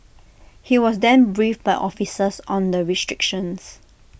he was then briefed by officers on the restrictions